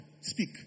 Speak